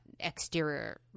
exterior